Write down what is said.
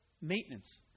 maintenance